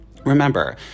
Remember